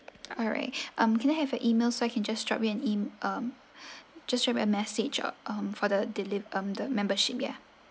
alright um can I have your email so I can just drop you an em~ um just drop you a message or um for the deli~ um the membership ya